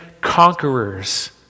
conquerors